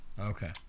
Okay